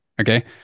Okay